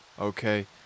okay